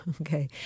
Okay